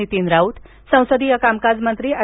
नितीन राऊत संसदीय कामकाज मंत्री अँड